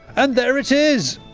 and there it is.